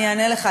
אני אענה לך.